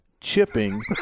chipping